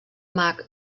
mac